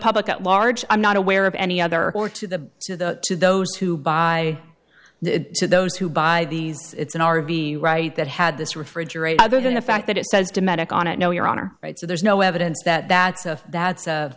public at large i'm not aware of any other or to the to the to those who buy to those who buy these it's an r v right that had this refrigerator other than the fact that it says domestic on it no your honor right so there's no evidence that that's a that's